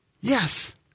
Yes